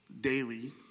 daily